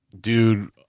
Dude